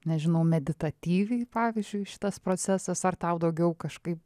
nežinaumeditatyviai pavyzdžiui šitas procesas ar tau daugiau kažkaip